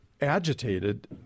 agitated